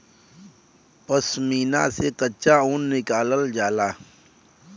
पश्मीना से कच्चा ऊन निकालल जाला